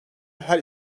her